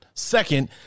Second